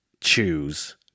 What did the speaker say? choose